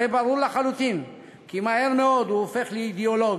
הרי ברור לחלוטין כי מהר מאוד הוא הופך לאידיאולוג,